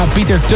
Peter